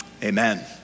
Amen